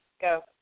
go